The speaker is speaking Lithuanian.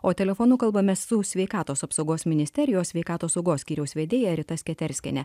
o telefonu kalbamės su sveikatos apsaugos ministerijos sveikatos saugos skyriaus vedėja rita sketerskiene